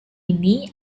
ini